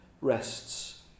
rests